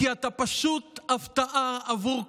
כי אתה פשוט הפתעה עבור כולנו.